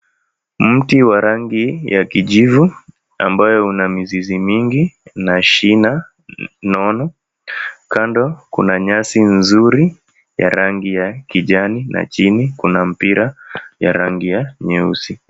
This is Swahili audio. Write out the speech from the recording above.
Mti wa rangi ya kijivu, ambayo una mizizi mingi na shina nono. Kando kuna nyasi nzuri ya rangi ya kijani na chini kuna mpira ya rangi ya nyeusi.